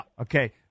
Okay